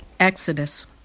Exodus